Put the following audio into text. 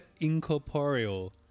incorporeal